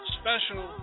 special